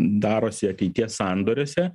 darosi ateities sandoriuose